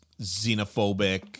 xenophobic